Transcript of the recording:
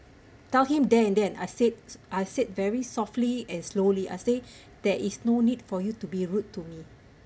tell him then and then I said I said very softly and slowly I say there is no need for you to be rude to me